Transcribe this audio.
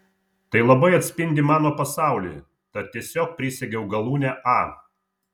tai labai atspindi mano pasaulį tad tiesiog prisegiau galūnę a